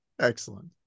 Excellent